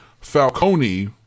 Falcone